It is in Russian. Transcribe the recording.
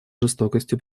жестокости